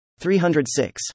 306